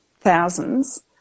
thousands